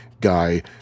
guy